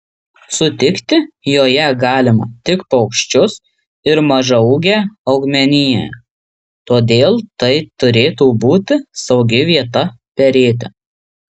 sutikti joje galima tik paukščius ir mažaūgę augmeniją todėl tai turėtų būti saugi vieta perėti